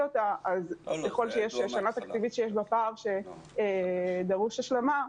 אותה אז ככל שיש שנה תקציבית שיש בה פער ודרושה השלמה,